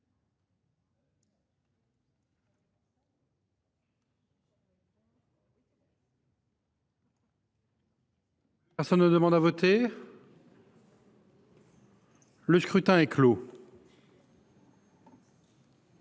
Personne ne demande plus à voter ?… Le scrutin est clos.